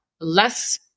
less